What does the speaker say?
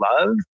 love